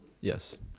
Yes